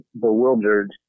bewildered